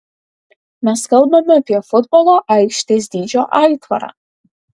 mes kalbame apie futbolo aikštės dydžio aitvarą